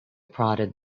prodded